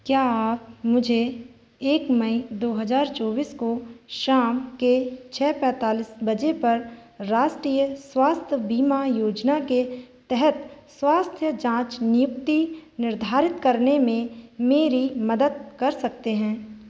क्या आप मुझे एक मई दो हज़ार चौबीस को शाम के छः पैंतालीस बजे पर राष्ट्रीय स्वास्थ्य बीमा योजना के तहत स्वास्थ्य जांच नियुक्ति निर्धारित करने में मेरी मदद कर सकते हैं